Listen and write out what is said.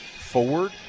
forward